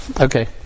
Okay